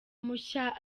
mushya